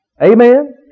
Amen